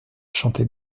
chantait